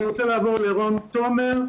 אני רוצה לעבור לרון תומר.